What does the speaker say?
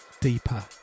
deeper